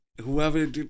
whoever